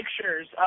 pictures